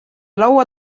laua